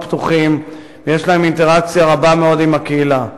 פתוחים ויש להם אינטראקציה רבה מאוד עם הקהילה.